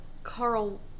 Carl